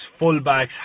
fullbacks